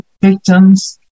victims